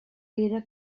era